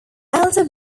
elder